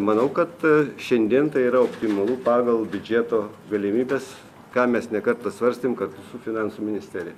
manau kad šiandien tai yra optimalu pagal biudžeto galimybes ką mes ne kartą svarstėm kartu su finansų ministerija